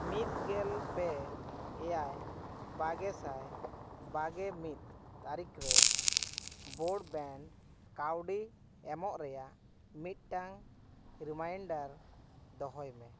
ᱢᱤᱫ ᱜᱮᱞ ᱯᱮ ᱮᱭᱟᱭ ᱵᱟᱜᱮ ᱥᱟᱭ ᱵᱟᱜᱮ ᱢᱤᱫ ᱛᱟᱹᱨᱤᱠᱷ ᱨᱮ ᱵᱨᱚᱰ ᱵᱮᱝᱠ ᱠᱟᱹᱣᱰᱤ ᱮᱢᱚᱜ ᱨᱮᱭᱟᱜ ᱢᱤᱫᱴᱟᱱ ᱨᱤᱢᱟᱭᱤᱱᱰᱟᱨ ᱫᱚᱦᱚᱭ ᱢᱮ